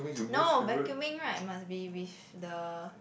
no vacuuming right must be with the